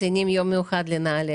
מציינים יום מיוחד לנעל"ה.